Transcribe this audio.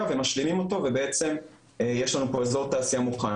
ומשלימים אותו ובעצם יש לנו אזור תעשייה מוכן,